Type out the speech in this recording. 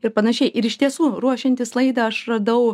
ir panašiai ir iš tiesų ruošiantis laidą aš radau